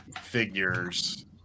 figures